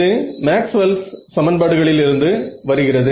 இது மேக்ஸ்வெல்ஸ் சமன்பாடுகளிலிருந்து வருகிறது